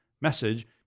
message